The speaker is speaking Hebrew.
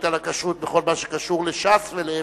לכשרות בכל מה שקשור לש"ס ולהיפך.